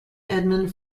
edmund